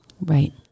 right